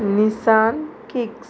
Nissan kicks